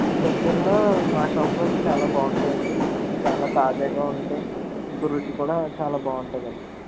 మీ దగ్గరలో మా షాపులో ఇవి చాలా బాగుంటాయి అండి మీకు చాలా తాజాగా ఉంటాయి మీకు రుచి కూడా చాలా బాగుంటుంది అండి